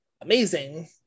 amazing